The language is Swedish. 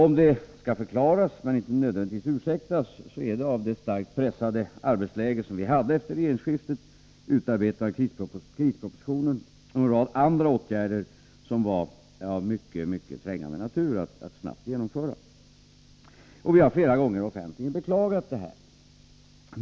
Om det skall förklaras men inte nödvändigtvis ursäktas, berodde det på det starkt pressade arbetsläge som vi hade efter regeringsskiftet med utarbetande av krispropositionen och en rad andra åtgärder som var av mycket trängande natur, som snabbt skulle genomföras. Vi har flera gånger offentligen beklagat detta.